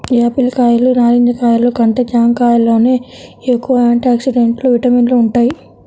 Apple కాయలు, నారింజ కాయలు కంటే జాంకాయల్లోనే ఎక్కువ యాంటీ ఆక్సిడెంట్లు, విటమిన్లు వుంటయ్